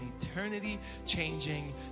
eternity-changing